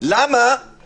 מה יהיה פתוח?